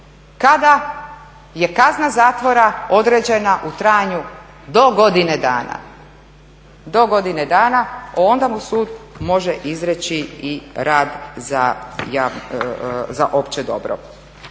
kada je kazna zakona određena u trajanju do godine dana, onda mu sud može izreći i rad za opće dobro.